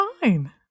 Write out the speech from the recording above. fine